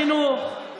כולל חינוך,